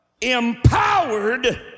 Empowered